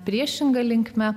priešinga linkme